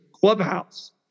clubhouse